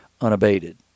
unabated